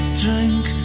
drink